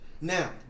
Now